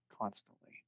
constantly